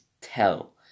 tell